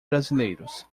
brasileiros